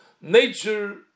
nature